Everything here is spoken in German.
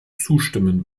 zustimmen